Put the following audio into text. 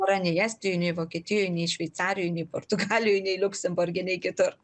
kurio nei estijoj nei vokietijoj nei šveicarijoj nei portugalijoj nei liuksemburge nei kitur